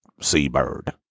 Seabird